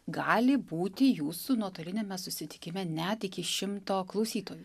gali būti jūsų nuotoliniame susitikime net iki šimto klausytojų